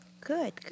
Good